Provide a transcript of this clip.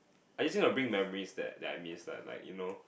I using a bring memories that that I miss lah like you know